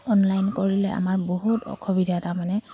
online কৰিলে আমাৰ বহুত অসুবিধা তাৰমানে